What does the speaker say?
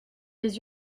les